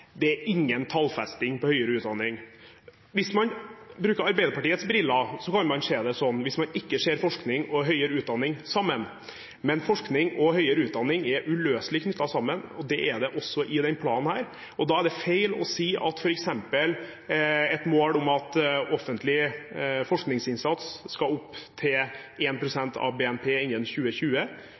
det er ingen tallfesting for høyere utdanning. Hvis man bruker Arbeiderpartiets briller, kan man se det sånn – hvis man ikke ser forskning og høyere utdanning sammen. Men forskning og høyere utdanning er uløselig knyttet sammen – det er det også i denne planen. Da er det feil å si det når det f.eks. er et mål at offentlig forskningsinnsats skal opp til 1 pst. av BNP innen 2020.